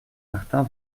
martin